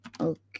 Okay